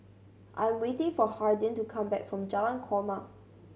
I am waiting for Hardin to come back from Jalan Korma